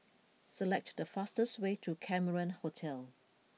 select the fastest way to Cameron Hotel